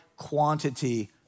quantity